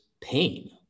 pain